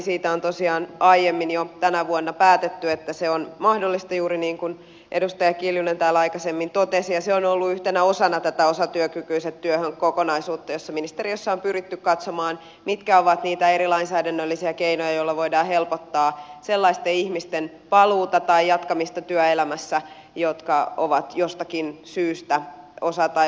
siitä on tosiaan jo aiemmin tänä vuonna päätetty että se on mahdollista juuri niin kuin edustaja kiljunen täällä aikaisemmin totesi ja se on ollut yhtenä osana tätä osatyökykyiset työhön kokonaisuutta jossa ministeriössä on pyritty katsomaan mitkä ovat niitä eri lainsäädännöllisiä keinoja joilla voidaan helpottaa sellaisten ihmisten jotka ovat jostakin syystä osa tai vajaatyökykyisiä paluuta työelämään tai jatkamista työelämässä